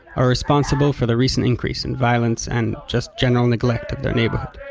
are responsible for the recent increase in violence, and just general neglect of their neighborhood.